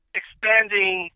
expanding